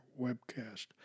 webcast